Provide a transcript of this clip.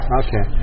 okay